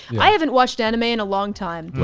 i haven't watched anime in a long time.